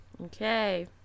Okay